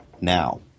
now